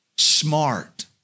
smart